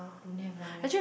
don't have right